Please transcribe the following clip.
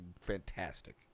Fantastic